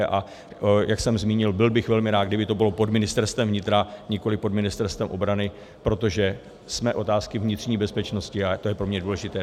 A jak jsem zmínil, byl bych rád, kdyby to bylo pod Ministerstvem vnitra, nikoliv pod Ministerstvem obrany, protože jsme u otázky vnitřní bezpečnosti a to je pro mě důležité.